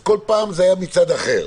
כל פעם זה היה מצד אחר.